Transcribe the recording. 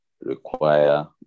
require